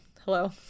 hello